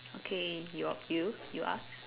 okay your you you ask